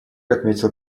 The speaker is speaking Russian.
отметил